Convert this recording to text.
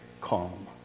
calm